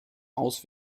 aus